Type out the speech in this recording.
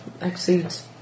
exceeds